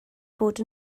bod